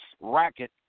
racket